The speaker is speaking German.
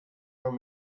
man